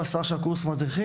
והוא עשה עכשיו קורס מדריכים.